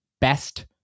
best